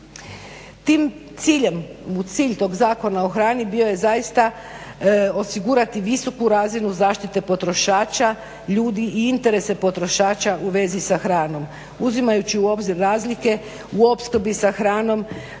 o hrani. Cilj tog Zakona o hrani bio je zaista osigurati visoku razinu zaštite potrošača, ljudi i interese potrošača u vezi sa hranom. Uzimajući u obzir razlike u opskrbi sa hranom,